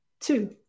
Two